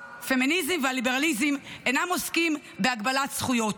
הפמיניזם והליברליזם אינם עוסקים בהגבלת זכויות,